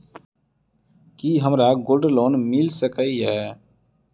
की हमरा gold loan मिल सकैत ये?